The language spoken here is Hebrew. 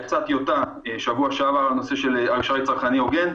יצאה טיוטה בשבוע שעבר על נושא של אשראי צרכני הוגן.